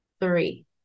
Three